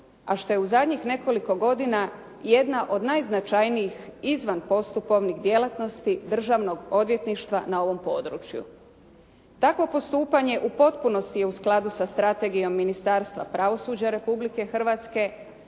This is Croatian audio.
a što je u zadnjih nekoliko godina jedna od najznačajnijih izvanpostupovnih djelatnosti državnog odvjetništva na ovom području. Takvo postupanje u potpunosti je u skladu sa strategijom Ministarstva pravosuđa Republike Hrvatske